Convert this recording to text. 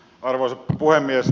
arvoisa puhemies